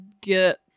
get